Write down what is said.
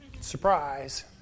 Surprise